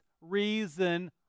reason